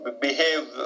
behave